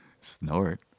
Snort